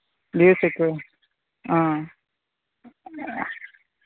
leaves ఎక్కువ ఆ